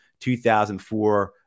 2004